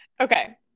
Okay